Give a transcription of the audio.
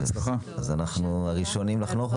כשאנחנו מדברים על נגיפים וצריך